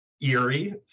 eerie